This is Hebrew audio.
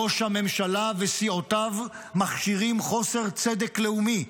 ראש הממשלה וסיעותיו מכשירים חוסר צדק לאומי,